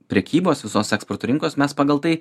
prekybos visos eksporto rinkos mes pagal tai